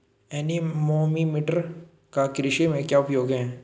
Anemometer का कृषि में क्या उपयोग है?